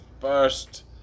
first